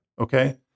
Okay